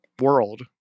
world